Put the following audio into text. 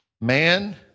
Man